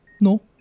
No